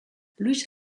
luis